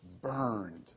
burned